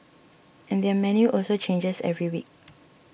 and their menu also changes every week